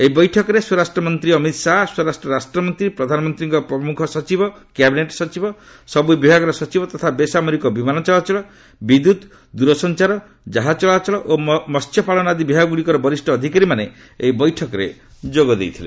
ଏହି ବୈଠକରେ ସ୍ୱରାଷ୍ଟ୍ର ମନ୍ତ୍ରୀ ଅମିତ ଶାହା ସ୍ୱରାଷ୍ଟ୍ର ରାଷ୍ଟ୍ରମନ୍ତ୍ରୀ ପ୍ରଧାନମନ୍ତ୍ରୀଙ୍କ ପ୍ରମୁଖ ସଚିବ କ୍ୟାବିନେଟ୍ ସଚିବ ସବୁ ବିଭାଗର ସଚିବ ତଥା ବେସାମରିକ ବିମାନ ଚଳାଚଳ ବିଦ୍ୟୁତ୍ ଦୂରସଞ୍ଚାର ଜାହାଜ ଚଳାଚଳ ଓ ମସ୍ୟପାଳନ ଆଦି ବିଭାଗ ଗୁଡ଼ିକର ବରିଷ୍ଠ ଅଧିକାରୀମାନେ ଏହି ବୈଠକରେ ଯୋଗ ଦେଇଥିଲେ